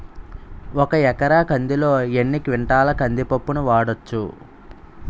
ఒక ఎకర కందిలో ఎన్ని క్వింటాల కంది పప్పును వాడచ్చు?